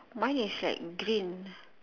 mine is like green